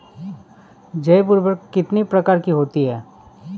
जैव उर्वरक कितनी प्रकार के होते हैं?